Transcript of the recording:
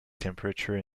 temperature